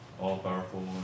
all-powerful